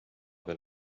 veel